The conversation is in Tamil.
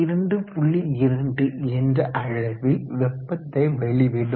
2 என்ற அளவில் வெப்பத்தை வெளிவிடும்